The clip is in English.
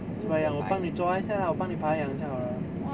嘴巴痒我帮妳抓一下啊我帮妳爬痒就好 liao